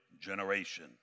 generation